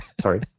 Sorry